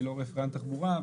אני לא רפרנט תחבורה,